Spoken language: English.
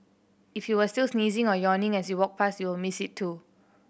if you were still sneezing or yawning as you walked past you will miss it too